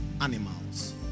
animals